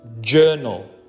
Journal